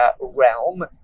realm